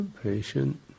patient